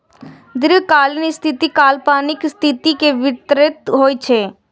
दीर्घकालिक स्थिति अल्पकालिक स्थिति के विपरीत होइ छै